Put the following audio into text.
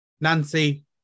Nancy